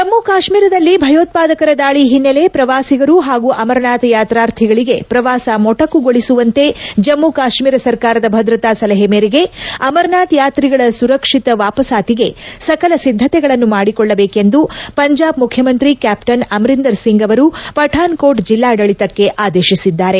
ಜಮ್ಮ ಕಾಶ್ಮೀರದಲ್ಲಿ ಭಯೋತ್ಪಾದಕರ ದಾಳಿ ಹಿನ್ನೆಲೆ ಪ್ರವಾಸಿಗರು ಹಾಗೂ ಅಮರನಾಥ ಯಾತಾರ್ಧಿಗಳಿಗೆ ಪ್ರವಾಸ ಮೊಟುಕುಗೊಳಿಸುವಂತೆ ಜಮ್ಮ ಕಾಶ್ಮೀರ ಸರ್ಕಾರದ ಭದ್ರತಾ ಸಲಹೆ ಮೇರೆಗೆ ಅಮರನಾಥ್ ಯಾತ್ರಿಗಳ ಸುರಕ್ಷಿತ ವಾಪಸಾತಿಗೆ ಸಕಲ ಸಿದ್ಧತೆಗಳನ್ನು ಮಾಡಬೇಕೆಂದು ಪಂಜಾಬ್ ಮುಖ್ಯಮಂತ್ರಿ ಕ್ಯಾಪ್ಟನ್ ಅಮರಿಂದರ್ ಸಿಂಗ್ ಅವರು ಪರಾನಕೋಟ್ ಜಿಲ್ಲಾಡಳಿತಕ್ಕೆ ಆದೇಶಿಸಿದ್ದಾರೆ